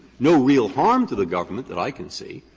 no real harm to the government that i can see.